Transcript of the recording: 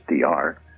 Dr